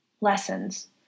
lessons